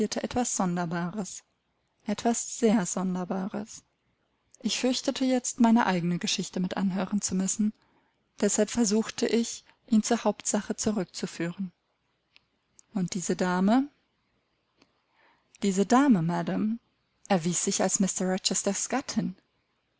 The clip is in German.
etwa sonderbares etwas sehr sonderbares ich fürchtete jetzt meine eigene geschichte mit anhören zu müssen deshalb versuchte ich ihn zur hauptsache zurückzuführen und diese dame diese dame madam erwies sich als mr rochesters gattin